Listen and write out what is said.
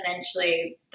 essentially